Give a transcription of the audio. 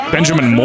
Benjamin